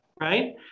right